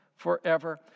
forever